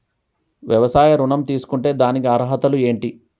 వ్యవసాయ ఋణం తీసుకుంటే దానికి అర్హతలు ఏంటి?